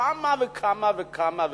כמה וכמה וכמה וכמה?